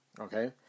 Okay